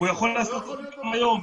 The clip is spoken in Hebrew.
הוא יכול לעשות את זה היום.